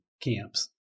camps